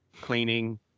cleaning